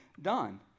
Done